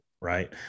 right